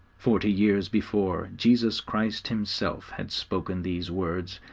forty years before, jesus christ himself had spoken these words,